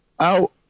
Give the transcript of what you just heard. out